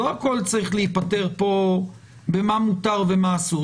לא הכול צריך להיפטר פה במה מותר ומה אסור,